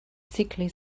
sickly